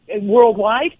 worldwide